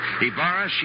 Ibarra